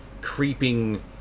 creeping